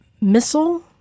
missile